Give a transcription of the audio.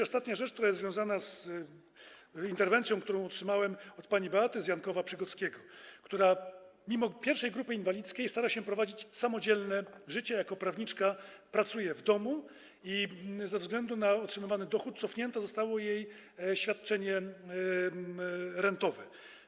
Ostatnia rzecz, która jest związana z interwencją, jaką otrzymałem od pani Beaty z Jankowa Przygodzkiego, która mimo I grupy inwalidzkiej stara się prowadzić samodzielne życie jako prawniczka, pracuje w domu, a ze względu na otrzymywany dochód zostało jej cofnięte świadczenie rentowe.